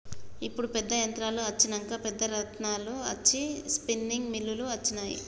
ఇప్పుడు పెద్ద యంత్రాలు అచ్చినంక పెద్ద రాట్నాలు అచ్చి స్పిన్నింగ్ మిల్లులు అచ్చినాయి